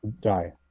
die